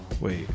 Wait